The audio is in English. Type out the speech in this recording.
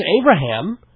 Abraham